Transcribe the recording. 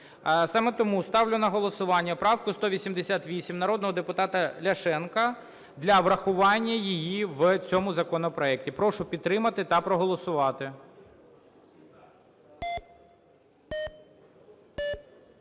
Саме тому ставлю на голосування правку 188 народного депутата Ляшенка для врахування її в цьому законопроекті. Прошу підтримати та проголосувати.